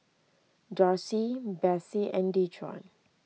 Dorsey Besse and Dejuan